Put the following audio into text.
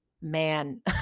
man